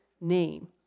name